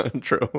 True